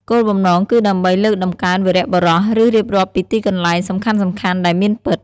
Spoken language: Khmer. គោលបំណងគឺដើម្បីលើកតម្កើងវីរបុរស ឬរៀបរាប់ពីទីកន្លែងសំខាន់ៗដែលមានពិត ។